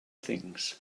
things